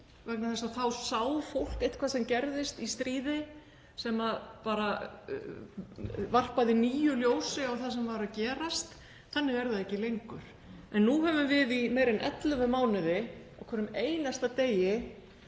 vegna þess að þá sá fólk eitthvað sem gerðist í stríði, sem varpaði nýju ljósi á það sem var að gerast. Þannig er það ekki lengur en nú höfum við í meira en 11 mánuði á hverjum einasta degi